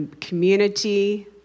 community